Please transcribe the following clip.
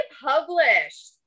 published